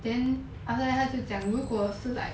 then after that 他就讲如果是 like